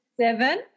Seven